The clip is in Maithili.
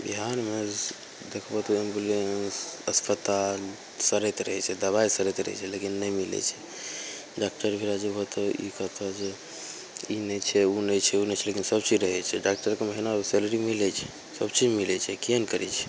बिहारमे देखबहो तऽ एम्बुलेन्स अस्पताल सड़ैत रहै छै दवाइ सड़ैत रहै छै लेकिन नहि मिलै छै डॉकटर भिड़ा जेबहो तऽ ई कहतऽ जे ई नहि छै ओ नहि छै ओ नहि छै लेकिन सबचीज रहै छै डॉकटरके महिनामे सैलरी मिलै छै सबचीज मिलै छै किएक नहि करै छै